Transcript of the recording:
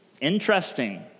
Interesting